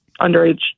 underage